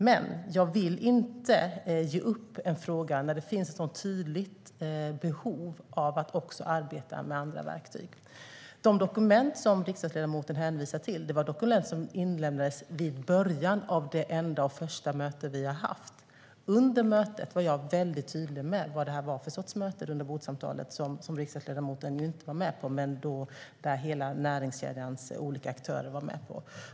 Men jag vill inte ge upp en fråga när det finns ett sådant tydligt behov av att också arbeta med andra verktyg. De dokument som riksdagsledamoten hänvisar till inlämnades vid början av det enda och första möte vi har haft. Under mötet var jag väldigt tydlig med vad det var för sorts möte, rundabordssamtalet där riksdagsledamoten inte var med men där hela näringskedjans olika aktörer var med.